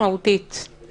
חשבתי שהיא החזנית, גם